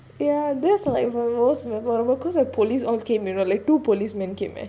mmhmm ya that's like my most memorable cause the police all came you know like two policemen came eh